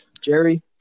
Jerry